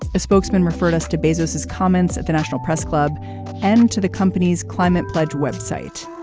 a spokesman referred us to bezos his comments at the national press club and to the company's climate pledge web site.